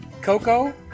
Coco